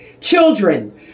children